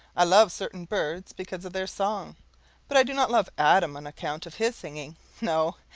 i love certain birds because of their song but i do not love adam on account of his singing no,